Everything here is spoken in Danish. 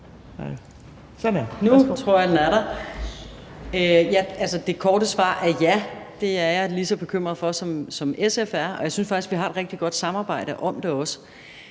Det korte svar er ja. Det er jeg lige så bekymret for, som SF er, og jeg synes faktisk også, vi har et rigtig godt samarbejde om det.